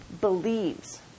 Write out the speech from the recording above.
believes